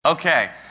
Okay